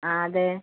ആ അതെ